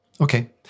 Okay